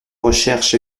recherche